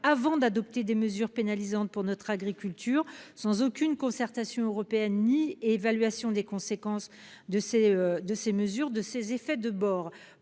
avant d'adopter des mesures pénalisantes pour notre agriculture sans aucune concertation européenne ni évaluation des conséquences et des effets de bord.